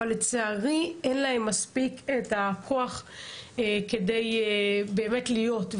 אבל לצערי אין להם מספיק את הכוח כדי באמת להיות.